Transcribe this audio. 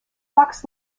fox